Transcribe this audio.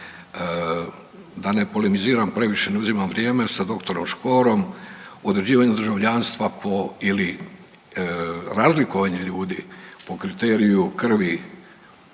Da ne polemiziram previše, ne uzimam vrijeme, sa dr. Škorom u određivanju državljanstva po ili razlikovanje ljudi po kriteriju krvi